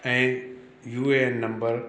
ऐं U A N number